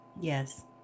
Yes